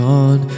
on